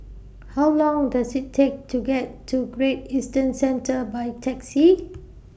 How Long Does IT Take to get to Great Eastern Centre By Taxi